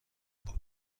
بود